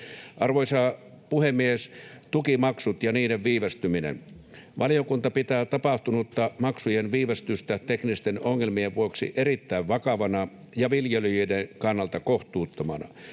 Arvoisa puhemies! Tukimaksut ja niiden viivästyminen: Valiokunta pitää tapahtunutta maksujen viivästystä teknisten ongelmien vuoksi erittäin vakavana ja viljelijöiden kannalta kohtuuttomana.